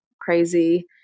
crazy